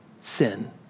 sin